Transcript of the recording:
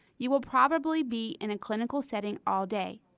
you will probably be in a clinical setting all day,